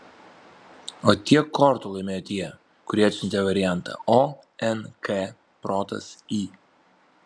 o tiek kortų laimėjo tie kurie atsiuntė variantą o n k protas i